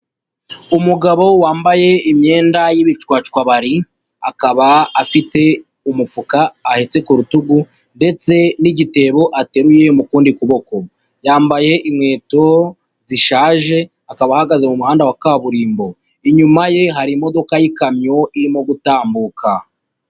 Umugabo wambaye imyenda y'ibicwacwabari, akaba afite umufuka ahetse ku rutugu ndetse n'igitebo ateruye mukundi kuboko, yambaye inkweto zishaje, akaba ahagaze mu muhanda wa kaburimbo, inyuma ye hari imodoka y'ikamyo irimo gutambuka.